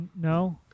no